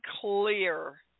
clear